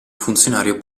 funzionario